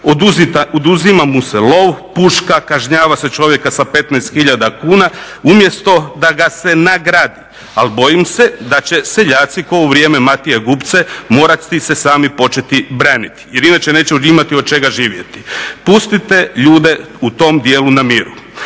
oduzima mu se lov, puška, kažnjava se čovjeka sa 15 hiljada kuna umjesto da ga se nagradi. Ali bojim se da će seljaci kao u vrijeme Matija Gubca morati se sami početi braniti jer inače neće imati od čega živjeti. Pustite ljude u tom dijelu na miru.